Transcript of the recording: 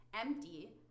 empty